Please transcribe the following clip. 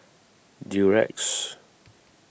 Durex